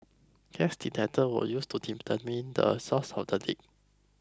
gas detector were used to determine the source of the leak